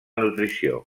nutrició